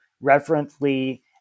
reverently